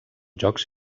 jocs